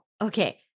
Okay